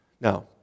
Now